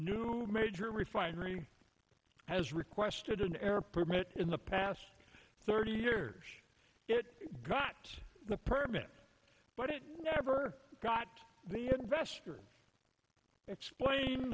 new major refinery has requested an air permit in the past thirty years it got the permit but it never got the investor explain